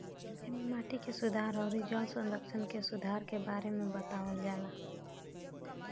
एमे माटी के सुधार अउरी जल संरक्षण के सुधार के बारे में बतावल जाला